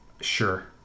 Sure